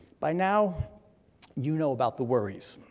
by now you know about the worries,